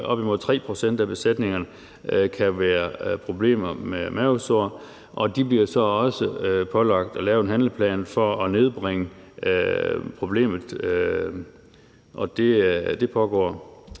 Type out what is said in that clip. op imod 3 pct. af besætningerne kan være problemer med mavesår. De bliver så også pålagt at lave en handleplan for at nedbringe problemet, og det pågår.